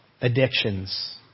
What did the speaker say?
Addictions